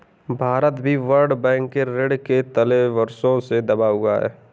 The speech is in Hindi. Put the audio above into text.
भारत भी वर्ल्ड बैंक के ऋण के तले वर्षों से दबा हुआ है